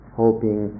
hoping